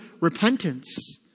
repentance